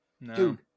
No